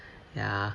ya